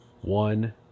one